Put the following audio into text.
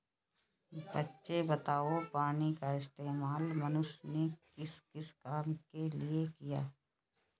बच्चे बताओ पानी का इस्तेमाल मनुष्य ने किस किस काम के लिए किया?